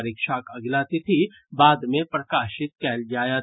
परीक्षाक अगिला तिथि बाद मे प्रकाशित कयल जायत